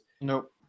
Nope